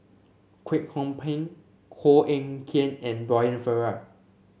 Kwek Hong Png Koh Eng Kian and Brian Farrell